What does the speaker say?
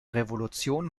revolution